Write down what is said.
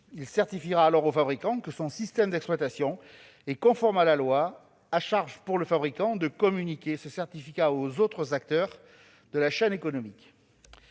Il certifiera alors au fabricant que son système d'exploitation est conforme à la loi, à charge pour ce dernier de communiquer ce certificat aux autres acteurs de la chaîne économique.